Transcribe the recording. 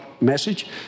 message